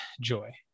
joy